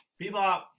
Bebop